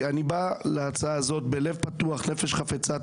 כי גם באתם בטענות שהוא לא נמצא פה.